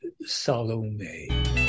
salome